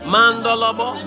Mandolobo